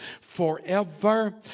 forever